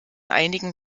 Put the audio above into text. einigen